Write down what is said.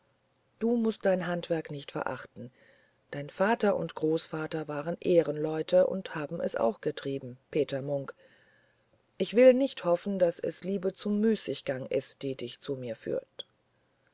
du mußt dein handwerk nicht verachten dein vater und großvater waren ehrenleute und haben es auch getrieben peter munk ich will nicht hoffen daß es liebe zum müßiggang ist was dich zu mir führt